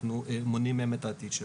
אנחנו מונעים מהם את העתיד שלהם.